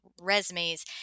resumes